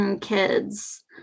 kids